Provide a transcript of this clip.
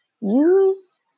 Use